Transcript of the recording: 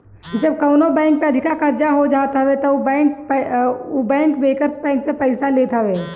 जब कवनो बैंक पे अधिका कर्जा हो जात हवे तब उ बैंकर्स बैंक से पईसा लेत हवे